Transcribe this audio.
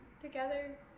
Together